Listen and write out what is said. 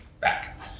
back